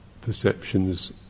perceptions